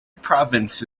province